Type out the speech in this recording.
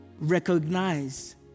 recognize